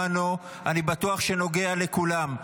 אני בטוח שנוגע לכולם.